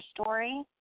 Story